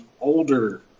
older